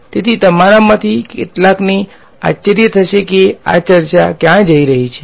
તેથી તમારામાંથી કેટલાકને આશ્ચર્ય થશે કે આ ચર્ચા ક્યાં જઈ રહી છે